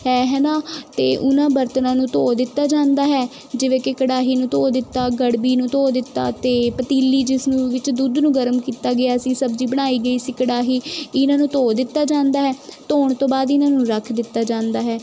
ਹੈ ਹੈ ਨਾ ਅਤੇ ਉਨ੍ਹਾਂ ਬਰਤਨਾਂ ਨੂੰ ਧੋ ਦਿੱਤਾ ਜਾਂਦਾ ਹੈ ਜਿਵੇਂ ਕਿ ਕੜਾਹੀ ਨੂੰ ਧੋ ਦਿੱਤਾ ਗੜਬੀ ਨੂੰ ਧੋ ਦਿੱਤਾ ਅਤੇ ਪਤੀਲੀ ਜਿਸ ਨੂੰ ਵਿੱਚ ਦੁੱਧ ਨੂੰ ਗਰਮ ਕੀਤਾ ਗਿਆ ਸੀ ਸਬਜ਼ੀ ਬਣਾਈ ਗਈ ਸੀ ਕੜਾਹੀ ਇਹਨਾਂ ਨੂੰ ਧੋ ਦਿੱਤਾ ਜਾਂਦਾ ਹੈ ਧੋਣ ਤੋਂ ਬਾਅਦ ਇਹਨਾਂ ਨੂੰ ਰੱਖ ਦਿੱਤਾ ਜਾਂਦਾ ਹੈ